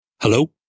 Hello